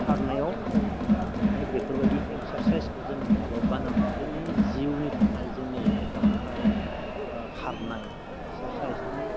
खारनायाव माने बेफोरबायदि एक्सारसाइसखौ जों माब्लाबाबो बानाङा जोंनि जिउनि थाखाय जोंनि लाइफनि थाखाय ओ खारनाय एक्सारसाइस नों